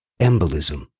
Embolism